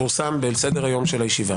ואגודת ישראל.